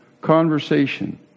conversation